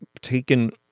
taken